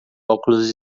óculos